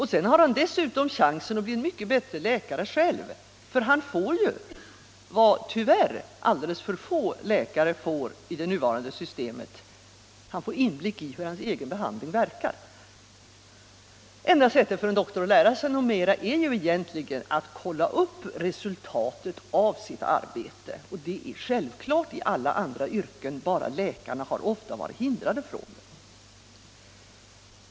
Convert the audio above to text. Han har dessutom chansen att själv bli en mycket bättre läkare, för han får ju vad alltför få läkare får i det nuvarande systemet — inblick i hur hans egen behandling verkar. Det enda sättet för en doktor att lära sig något mera är ju att kolla upp resultatet av sitt arbete. Det är självklart i alla andra yrken — bara läkarna har ofta varit hindrade från det.